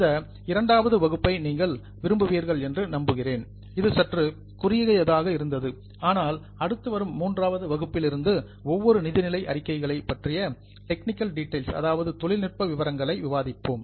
இந்த இரண்டாவது வகுப்பை நீங்கள் விரும்புவீர்கள் என்று நம்புகிறேன் இது சற்று குறுகியதாக இருந்தது ஆனால் அடுத்து வரும் மூன்றாவது வகுப்பிலிருந்து ஒவ்வொரு நிதிநிலை அறிக்கைகளையும் பற்றிய டெக்னிக்கல் டீடைல் தொழில்நுட்ப விவரங்களை விவாதிப்போம்